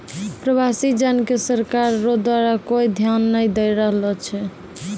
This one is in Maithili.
प्रवासी जन के सरकार रो द्वारा कोय ध्यान नै दैय रहलो छै